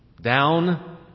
down